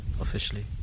officially